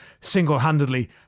single-handedly